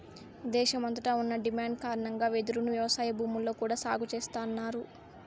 దేశమంతట ఉన్న డిమాండ్ కారణంగా వెదురును వ్యవసాయ భూముల్లో కూడా సాగు చేస్తన్నారు